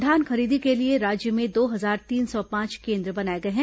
धान खरीदी के लिए राज्य में दो हजार तीन सौ पांच केन्द्र बनाए गए हैं